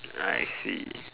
I see